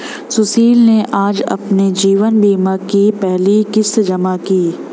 सुशील ने आज अपने जीवन बीमा की पहली किश्त जमा की